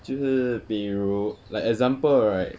就是比如 like example right